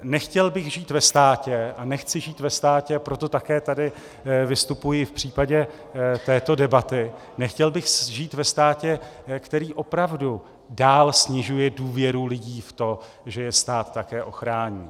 Nechtěl bych žít ve státě a nechci žít ve státě proto také tady vystupuji v případě této debaty nechtěl bych žít ve státě, který opravdu dál snižuje důvěru lidí v to, že je stát také ochrání.